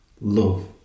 love